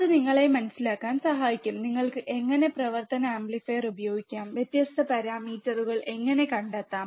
അത് നിങ്ങളെ മനസിലാക്കാൻ സഹായിക്കും നിങ്ങൾക്ക് എങ്ങനെ പ്രവർത്തന ആംപ്ലിഫയർ ഉപയോഗിക്കാം വ്യത്യസ്ത പാരാമീറ്ററുകൾ എങ്ങനെ കണ്ടെത്താം